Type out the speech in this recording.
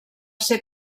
ser